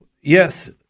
Yes